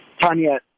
Tanya